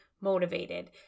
motivated